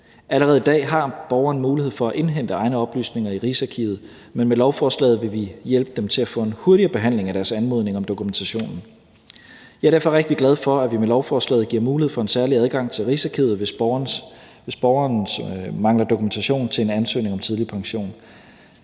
Allerede i dag har borgeren mulighed for at indhente egne oplysninger i Rigsarkivet, men med lovforslaget vil vi hjælpe dem til at få en hurtigere behandling af deres anmodning om dokumentationen. Jeg er derfor rigtig glad for, at vi med lovforslaget giver mulighed for en særlig adgang til Rigsarkivet, hvis borgeren mangler dokumentation til en ansøgning om tidlig pension.